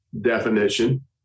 definition